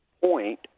point